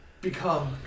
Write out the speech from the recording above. Become